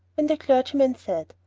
when the clergyman said,